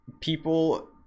people